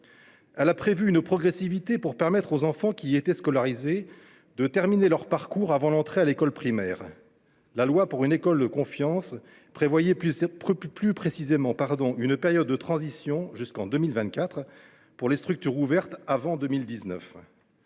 Elle a prévu une progressivité pour permettre aux enfants qui y étaient scolarisés de terminer leur parcours avant l’entrée à l’école primaire. Plus précisément, elle a instauré une période de transition jusqu’en 2024 pour les structures ouvertes avant